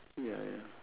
ya ya